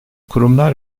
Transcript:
kurumlar